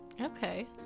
Okay